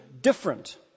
different